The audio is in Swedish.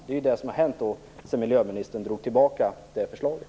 Det är vad som hänt sedan miljöministern drog tillbaka det förslaget.